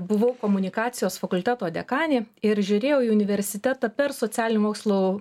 buvau komunikacijos fakulteto dekanė ir žiūrėjau į universitetą per socialinių mokslų